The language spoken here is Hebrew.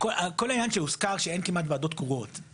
כל העניין שהוזכר שאין כמעט ועדות קרואות.